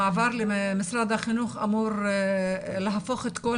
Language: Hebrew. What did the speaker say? המעבר למשרד החינוך אמור להפוך את כל